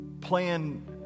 plan